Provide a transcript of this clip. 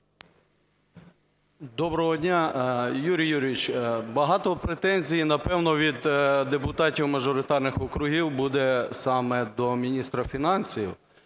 Доброго дня! Юрій Юрійович, багато претензій, напевно, від депутатів мажоритарних округів буде саме до міністра фінансів.